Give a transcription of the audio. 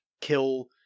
kill